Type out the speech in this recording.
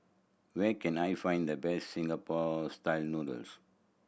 where can I find the best Singapore Style Noodles